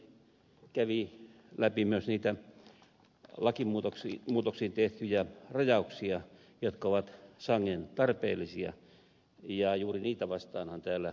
tölli kävi läpi myös niitä lakimuutoksiin tehtyjä rajauksia jotka ovat sangen tarpeellisia ja juuri niitä vastaanhan täällä ed